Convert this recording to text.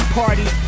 party